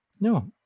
no